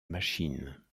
machine